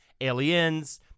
Aliens